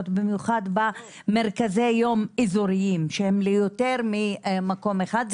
במיוחד במרכזי יום אזוריים שהם ליותר ממקום אחד,